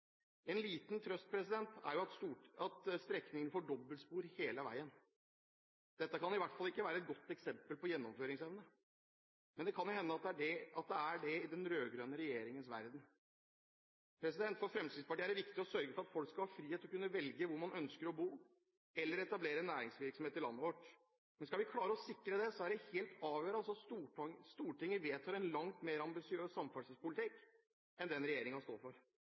En liten trøst er det at strekningen får dobbeltspor hele veien. Dette kan i hvert fall ikke være et godt eksempel på gjennomføringsevne. Men det kan jo hende at det er det i den rød-grønne regjeringens verden. For Fremskrittspartiet er det viktig å sørge for at folk skal ha frihet til å kunne velge hvor man ønsker å bo – eller etablere næringsvirksomhet i landet vårt. Skal vi klare å sikre det, er det helt avgjørende at Stortinget vedtar en langt mer ambisiøs samferdselspolitikk enn den regjeringen står for.